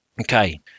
Okay